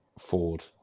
Ford